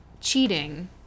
cheating